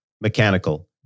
mechanical